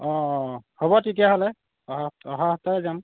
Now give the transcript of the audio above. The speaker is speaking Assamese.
অঁ অঁ অঁ হ'ব তেতিয়াহ'লে অহা অহা সপ্তাহতে যাম